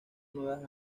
nuevas